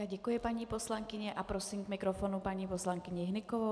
Děkuji paní poslankyni a prosím k mikrofonu paní poslankyni Hnykovou.